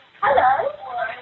Hello